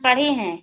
घरी हैं